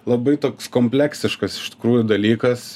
labai toks kompleksiškas iš tikrųjų dalykas